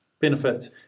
benefits